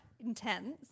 Intense